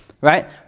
right